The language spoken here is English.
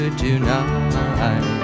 tonight